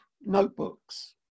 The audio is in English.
notebooks